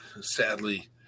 sadly